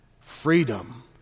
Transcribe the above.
freedom